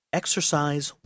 exercise